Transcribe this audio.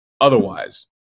Otherwise